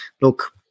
look